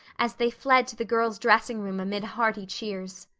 as they fled to the girls' dressing room amid hearty cheers.